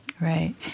Right